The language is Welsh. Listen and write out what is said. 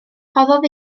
rhoddodd